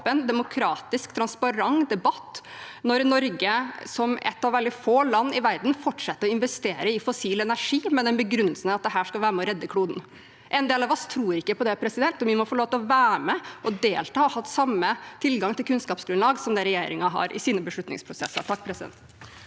åpen, demokratisk og transparent debatt når Norge, som et av veldig få land i verden, fortsetter å investere i fossil energi med begrunnelsen at det skal være med på å redde kloden. En del av oss tror ikke på det, og vi må få lov til å være med og delta og ha den samme tilgangen til kunnskapsgrunnlaget som det regjeringen har i sine beslutningsprosesser. Terje